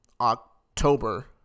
October